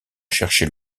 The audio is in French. chercher